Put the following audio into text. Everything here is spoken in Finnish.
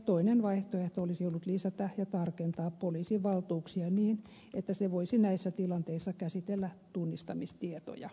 toinen vaihtoehto olisi ollut lisätä ja tarkentaa poliisin valtuuksia niin että se voisi näissä tilanteissa käsitellä tunnistamistietoja